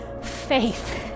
Faith